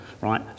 right